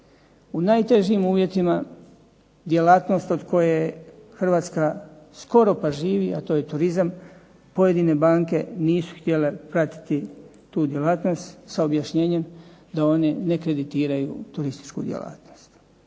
U najtežim uvjetima djelatnost od koje Hrvatska skoro pa živi, a to je turizam pojedine banke nisu htjele pratiti tu djelatnost s objašnjenjem da one ne kreditiraju turističku djelatnost.